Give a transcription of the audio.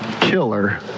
killer